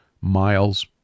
miles